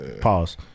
Pause